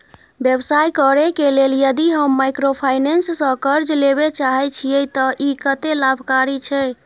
व्यवसाय करे के लेल यदि हम माइक्रोफाइनेंस स कर्ज लेबे चाहे छिये त इ कत्ते लाभकारी छै?